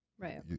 Right